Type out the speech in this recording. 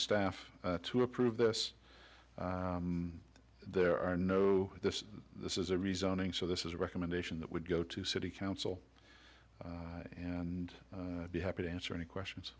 staff to approve this there are no this this is a resigning so this is a recommendation that would go to city council and be happy to answer any questions